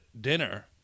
dinner